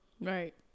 Right